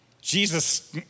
Jesus